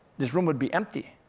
this room would be empty.